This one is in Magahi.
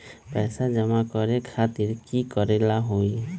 पैसा जमा करे खातीर की करेला होई?